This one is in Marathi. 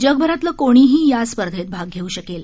जगभरातलं कोणीही या स्पर्धेत भाग घेऊ शकेल